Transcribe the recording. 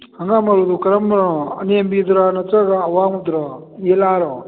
ꯍꯪꯒꯥꯝ ꯃꯔꯨꯗꯨ ꯀꯔꯝꯕꯅꯣ ꯑꯅꯦꯝꯕꯤꯗꯨꯔꯥ ꯅꯠꯇ꯭ꯔꯒ ꯑꯋꯥꯡꯕꯗꯨꯔꯣ ꯌꯦꯜꯂꯥꯔꯣ